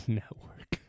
network